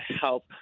help